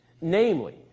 namely